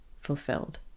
fulfilled